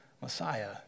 Messiah